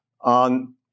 on